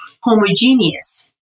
homogeneous